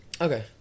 Okay